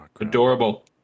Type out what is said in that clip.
Adorable